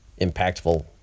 impactful